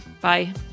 Bye